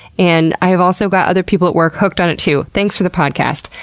and i've also got other people at work hooked on it, too. thanks for the podcast.